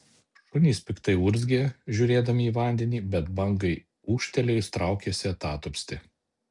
šunys piktai urzgė žiūrėdami į vandenį bet bangai ūžtelėjus traukėsi atatupsti